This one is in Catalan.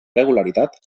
regularitat